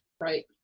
right